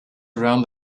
around